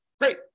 Great